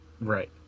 right